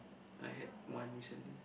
I had one recently